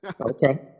Okay